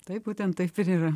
taip būtent taip ir yra